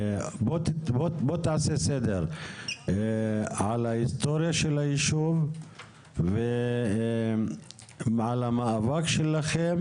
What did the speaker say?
בוא תעשה סדר על ההיסטוריה של היישוב ועל המאבק שלכם